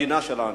במדינה שלנו.